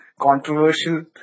controversial